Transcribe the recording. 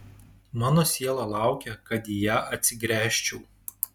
mano siela laukia kad į ją atsigręžčiau